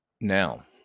Now